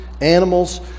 animals